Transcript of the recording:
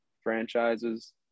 franchises